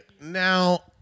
now